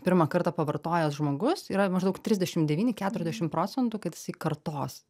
pirmą kartą pavartojęs žmogus yra maždaug trisdešim devyni keturiasdešim procentų kad jisai kartos